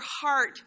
heart